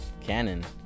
canon